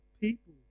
people